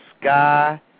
sky